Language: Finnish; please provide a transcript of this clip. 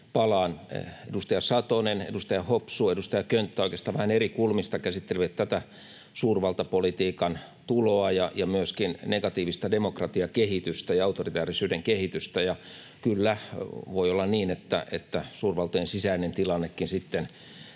palaan: Edustaja Satonen, edustaja Hopsu ja edustaja Könttä oikeastaan vähän eri kulmista käsittelivät tätä suurvaltapolitiikan tuloa ja myöskin negatiivista demokratiakehitystä ja autoritäärisyyden kehitystä, ja, kyllä, voi olla niin, että suurvaltojen sisäinen tilannekin sitten